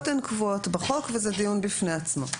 התקופות הן קבועות בחוק וזה דיון בפני עצמו,